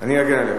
אני אגן עליך.